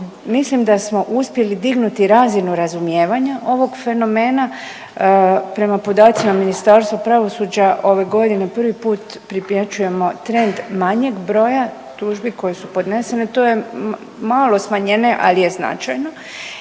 Mislim da smo uspjeli dignuti razinu razumijevanja ovog fenomena. Prema podacima Ministarstva pravosuđa ove godine prvi put primjećujemo trend manjeg broja tužbi koje su podnesene. To je malo smanjenje, ali je značajno.